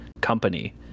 company